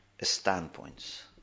standpoints